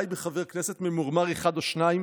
די בחבר כנסת ממורמר אחד או שניים